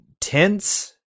tense